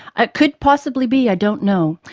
it could possibly be, i don't know.